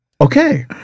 Okay